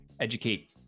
educate